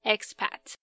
Expat